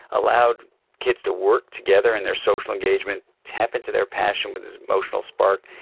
allowed kids to work together in their social engagement, tap into their passion with this emotional spark,